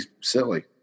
silly